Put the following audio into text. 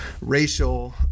racial